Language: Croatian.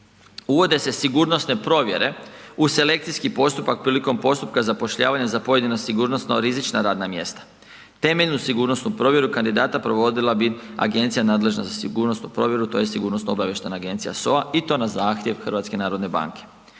Uvode se sigurnosne provjere u selekcijski postupak prilikom postupka zapošljavanja za pojedino sigurnosno rizična radna mjesta. Temeljenu sigurnosnu provjeru kandidata provodila bi agencija nadležna sa sigurnosnu provjeru tj. Sigurnosno obavještajna agencija, SOA i to na zahtjev HNB-a. Uređuje